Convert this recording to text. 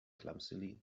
clumsily